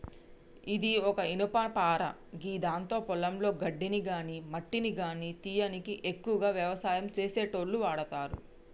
ఇది ఒక ఇనుపపార గిదాంతో పొలంలో గడ్డిని గాని మట్టిని గానీ తీయనీకి ఎక్కువగా వ్యవసాయం చేసేటోళ్లు వాడతరు